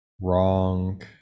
wrong